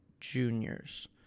juniors